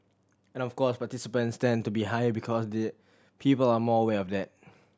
and of course participation tends to be higher because the people are more aware of that